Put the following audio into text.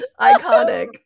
iconic